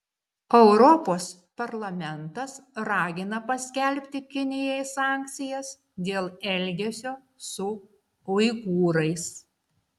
europos parlamentas ragina paskelbti kinijai sankcijas dėl elgesio su uigūrais